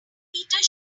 peter